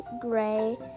gray